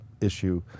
issue